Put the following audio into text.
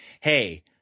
hey